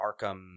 Arkham